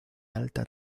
alta